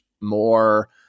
more